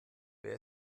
wer